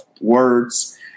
words